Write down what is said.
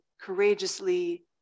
courageously